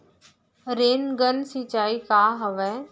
Rain gun सिंचाई का हवय?